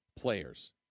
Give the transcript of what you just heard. players